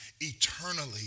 eternally